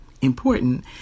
important